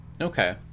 Okay